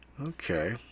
Okay